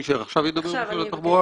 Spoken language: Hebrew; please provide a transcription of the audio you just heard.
בסדר.